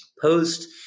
post